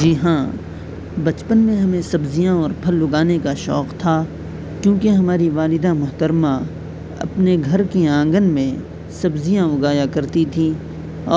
جی ہاں بچپن میں ہمیں سبزیاں اور پھل اگانے کا شوق تھا کیونکہ ہماری والدہ محترمہ اپنے گھر کے آنگن میں سبزیاں اگایا کرتی تھیں